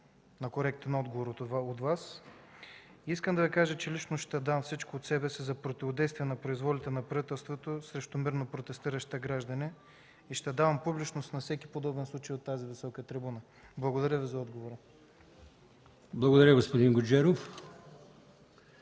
на коректен отговор от Вас. Искам да Ви кажа, че лично ще дам всичко от себе си за противодействие на произволите на правителството срещу мирно протестиращите граждани и ще дам публичност на всеки подобен случай от тази висока трибуна. Благодаря за отговора. ПРЕДСЕДАТЕЛ АЛИОСМАН